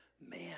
man